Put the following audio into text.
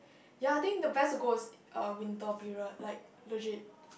ya I think the best to go is uh winter period like legit